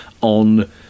on